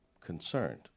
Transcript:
concerned